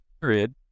period